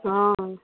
हँ